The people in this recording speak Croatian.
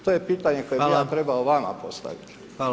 To je pitanje koje bi ja trebao vama postaviti.